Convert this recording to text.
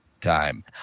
time